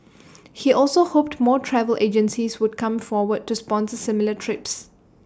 he also hoped more travel agencies would come forward to sponsor similar trips